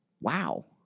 wow